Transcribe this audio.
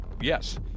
yes